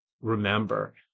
remember